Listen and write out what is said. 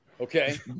Okay